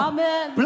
Amen